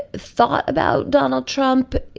thought about donald trump.